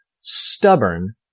stubborn